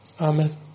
Amen